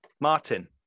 Martin